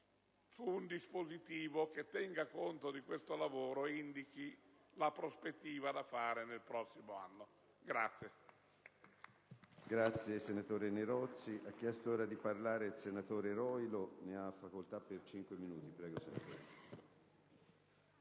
di un dispositivo che tenga conto di questo lavoro e indichi la prospettiva da seguire nel prossimo anno.